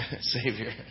Savior